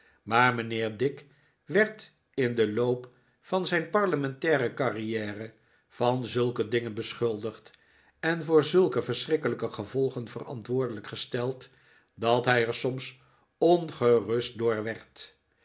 maar mijnheer dick werd in den loop van zijn parlementaire carriere van zulke dingen beschuldigd en voor zulke verschrikkelijke gevolgen verantwoordelijk gesteld dat hij er soms ongerust door werd